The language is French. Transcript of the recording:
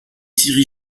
thierry